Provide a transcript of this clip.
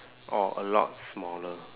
or a lot smaller